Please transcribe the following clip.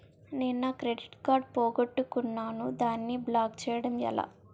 నేను నా credit card పోగొట్టుకున్నాను దానిని బ్లాక్ చేయడం ఎలా?